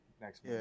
next